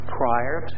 prior